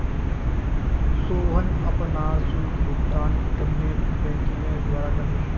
सोहन अपनार शुल्क भुगतान इंटरनेट बैंकिंगेर द्वारा करले